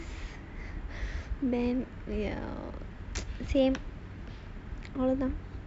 same